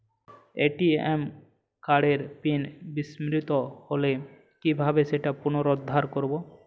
ATM কার্ডের PIN বিস্মৃত হলে কীভাবে সেটা পুনরূদ্ধার করব?